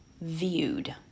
viewed